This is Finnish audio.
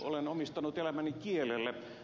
olen omistanut elämäni kielelle